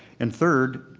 and third,